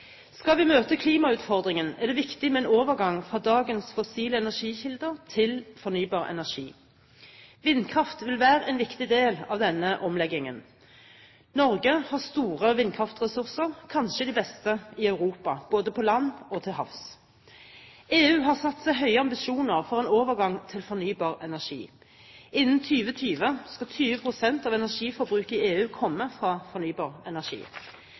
Skal vi møte klimautfordringen, er det viktig med en overgang fra dagens fossile energikilder til fornybar energi. Vindkraft vil være en viktig del av denne omleggingen. Norge har store vindkraftressurser, kanskje de beste i Europa, både på land og til havs. EU har høye ambisjoner om en overgang til fornybar energi. Innen 2020 skal 20 pst. av energiforbruket i EU komme fra fornybar energi.